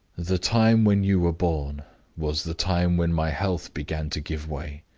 the time when you were born was the time when my health began to give way.